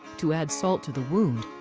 to add salt to the wound,